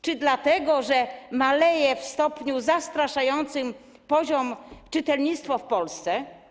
Czy dlatego że maleje w stopniu zastraszającym poziom czytelnictwa w Polsce?